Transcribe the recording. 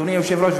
אדוני היושב-ראש,